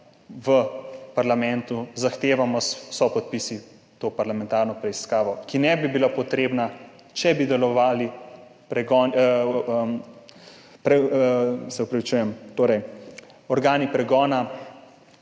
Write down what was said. v parlamentu s sopodpisi zahtevamo to parlamentarno preiskavo, ki ne bi bila potrebna, če bi delovali organi pregona,